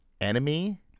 Enemy